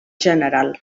general